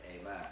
Amen